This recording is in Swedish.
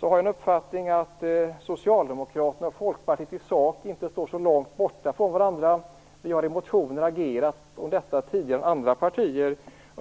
har jag uppfattningen att Socialdemokraterna och Folkpartiet i sak inte står så långt från varandra. Vi har tidigare motionsvägen agerat i detta sammanhang, liksom andra partier har gjort.